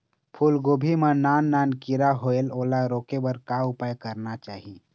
फूलगोभी मां नान नान किरा होयेल ओला रोके बर का उपाय करना चाही?